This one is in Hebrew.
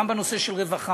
גם בנושא של רווחה,